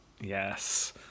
Yes